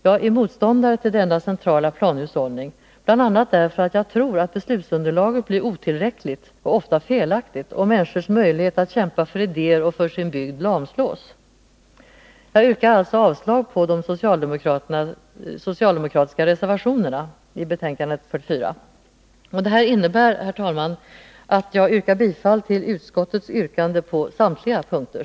Jag är motståndare till denna centrala planhushållning, bl.a. därför att jag tror att beslutsunderlaget blir otillräckligt och ofta felaktigt och människors möjlighet att kämpa för idéer och för sin bygd lamslås. Jag yrkar alltså avslag på de socialdemokratiska reservationerna i betänkande 44. Detta innebär, herr talman, att jag yrkar bifall till utskottets hemställan på samtliga punkter.